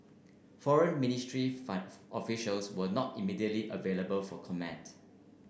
foreign ministry officials were not immediately available for comment